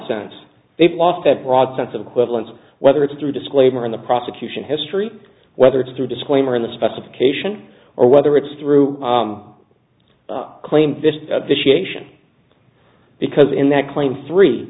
sense they've lost that broad sense of equivalence whether it's through disclaimer in the prosecution history whether it's through a disclaimer in the specification or whether it's through claim vitiate because in that claim three